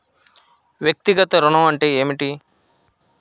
వ్యక్తిగత ఋణం అంటే ఏమిటి?